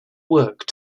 work